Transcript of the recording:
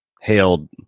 hailed